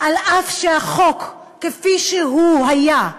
אף שהחוק כפי שהוא היה,